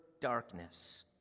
darkness